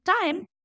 time